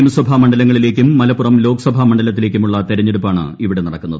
നിയമസഭാ മണ്ഡലങ്ങളിലേക്കും മൂലപ്പുറം ലോക്സഭാ മണ്ഡലത്തിലേക്കുമുള്ള തെരഞ്ഞെടുപ്പാണ് ഇവീട്ട് നടക്കുന്നത്